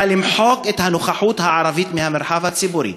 אלא למחוק את הנוכחות הערבית מהמרחב הציבורי.